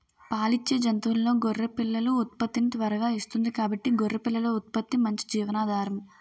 పాలిచ్చే జంతువుల్లో గొర్రె పిల్లలు ఉత్పత్తిని త్వరగా ఇస్తుంది కాబట్టి గొర్రె పిల్లల ఉత్పత్తి మంచి జీవనాధారం